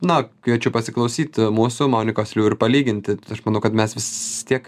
na kviečiu pasiklausyt mūsų monikos liu ir palyginti aš manau kad mes vis tiek